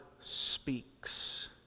speaks